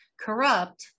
corrupt